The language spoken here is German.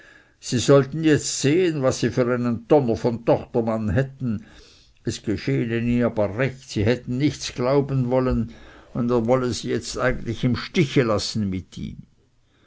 sie sollten jetzt sehen was sie für einen donner von tochtermann hätten es geschehe ihnen aber recht sie hätten nichts glauben wollen und er sollte sie jetzt eigentlich im stiche lassen mit ihm